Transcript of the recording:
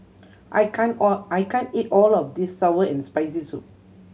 I can't all I can't eat all of this sour and Spicy Soup